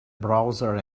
browser